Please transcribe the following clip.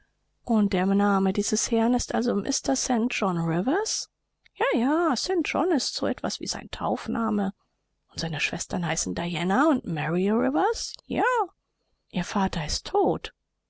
ihm der name dieses herrn ist also mr st john rivers ja ja st john ist so etwas wie sein taufname und seine schwestern heißen diana und mary rivers ja ihr vater ist tot